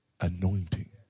anointing